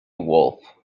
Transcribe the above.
wolfe